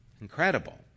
Incredible